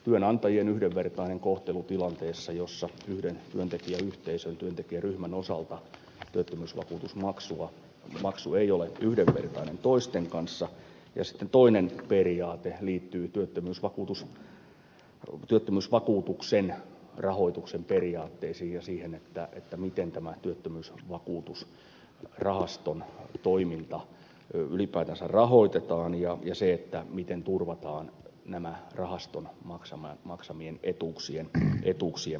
työnantajien yhdenvertainen kohtelu tilanteessa jossa yhden työntekijäyhteisön työntekijäryhmän osalta työttömyysvakuutusmaksu ei ole yhdenvertainen toisten kanssa ja sitten toinen periaate liittyy työttömyysvakuutuksen rahoituksen periaatteisiin ja siihen miten työttömyysvakuutusrahaston toiminta ylipäätänsä rahoitetaan ja miten turvataan rahaston maksamien etuuksien maksatus